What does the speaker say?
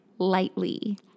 Lightly